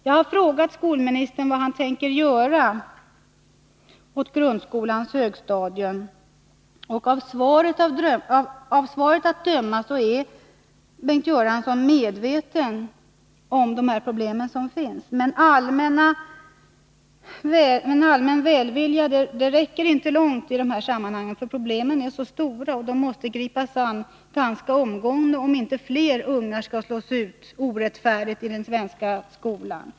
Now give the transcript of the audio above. Jag har frågat skolministern vad han tänker göra åt grundskolans högstadium, och av svaret att döma är Bengt Göransson medveten om de problem som finns. Men allmän välvilja räcker inte långt i dessa sammanhang, för problemen är så stora att de måste angripas omgående, om inte fler ungdomar orättfärdigt skall slås ut i den svenska skolan.